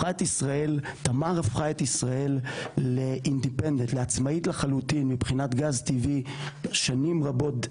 תמר הפכה את ישראל לעצמאית לחלוטין מבחינת גז טבעי שנים רבות,